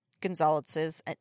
Gonzalez's